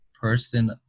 person